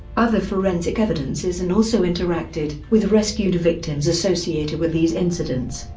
other forensic evidences and also interacted with rescued victims associated with these incidents.